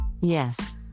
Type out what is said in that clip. Yes